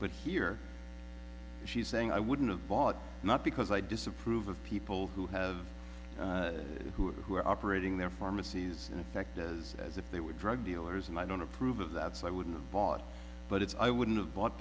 but here she's saying i wouldn't have bought not because i disapprove of people who have who are operating their pharmacies in effect as as if they were drug dealers and i don't approve of that so i wouldn't have bought but it's i wouldn't have bought